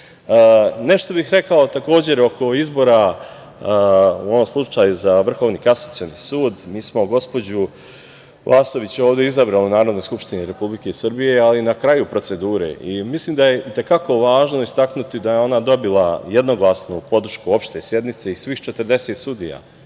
bih rekao takođe oko izbora u ovom slučaju za Vrhovni kasacioni sud. Mi smo gospođu Vasović ovde izabrali u Narodnoj skupštini Republike Srbije ali na kraju procedure i mislim da je i te kako važno istaknuti da je ona dobila jednoglasnu podršku opšte sednice i svih 40 sudija.